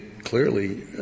clearly